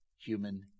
human